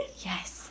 Yes